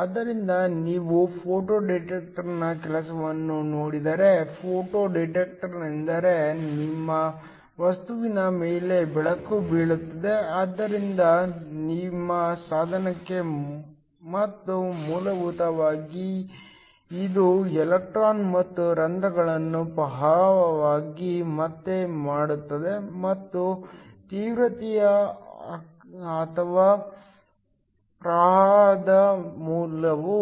ಆದ್ದರಿಂದ ನೀವು ಫೋಟೋ ಡಿಟೆಕ್ಟರ್ನ ಕೆಲಸವನ್ನು ನೋಡಿದರೆ ಫೋಟೋ ಡಿಟೆಕ್ಟರ್ ಎಂದರೆ ನಿಮ್ಮ ವಸ್ತುವಿನ ಮೇಲೆ ಬೆಳಕು ಬೀಳುತ್ತದೆ ಆದ್ದರಿಂದ ನಿಮ್ಮ ಸಾಧನಕ್ಕೆ ಮತ್ತು ಮೂಲಭೂತವಾಗಿ ಇದು ಎಲೆಕ್ಟ್ರಾನ್ ಮತ್ತು ರಂಧ್ರಗಳನ್ನು ಪ್ರವಾಹವಾಗಿ ಪತ್ತೆ ಮಾಡುತ್ತದೆ ಮತ್ತು ತೀವ್ರತೆ ಅಥವಾ ಪ್ರವಾಹದ ಮೌಲ್ಯವು